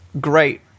great